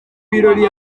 birori